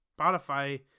Spotify